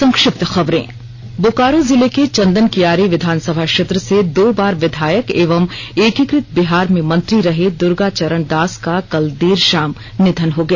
संक्षिप्त खबरें बोकारो जिले के चंदनकियारी विधानसभा क्षेत्र से दो बार विधायक एवं एकीकृत बिहार में मंत्री रहे दुर्गा चरण दास का कल देर शाम निधन हो गया